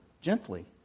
gently